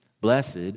Blessed